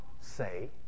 say